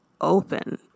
open